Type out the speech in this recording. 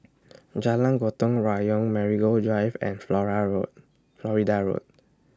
Jalan Gotong Royong Marigold Drive and Flora Florida Road